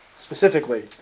Specifically